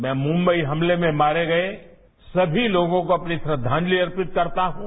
मैं मुंबई हमले में मारे गए समी लोगों को अपनी श्रद्धांजलि अर्पित करता हूं